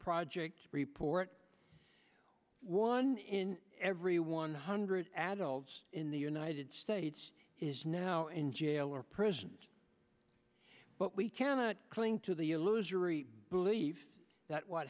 project report one in every one hundred adults in the united states is now in jail or prison but we cannot cling to the illusory believe that what